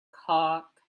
cock